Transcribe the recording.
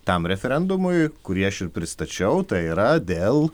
tam referendumui kurį aš ir pristačiau tai yra dėl